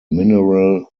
mineral